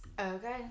Okay